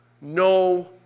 no